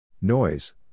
Noise